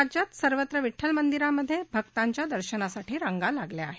राज्यात सर्वत्र विव्ठलमंदिरामधे भक्तांच्या दर्शनासाठी रांगा लागल्या आहेत